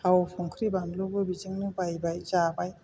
थाव संख्रि बानलुबो बेजोंनो बायबाय जाबाय